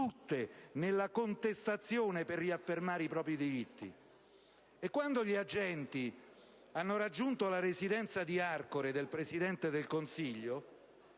tutte - nella contestazione per riaffermare i propri diritti. E quando gli agenti hanno raggiunto la residenza di Arcore del Presidente del Consiglio,